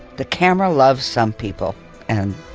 the camera loves some people and,